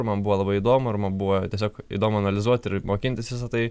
ir man buvo labai įdomu arba buvo tiesiog įdomu analizuoti ir mokintis visa tai